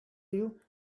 you